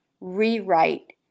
rewrite